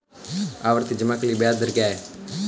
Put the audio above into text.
आवर्ती जमा के लिए ब्याज दर क्या है?